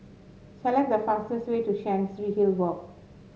select the fastest way to Chancery Hill Walk